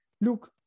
look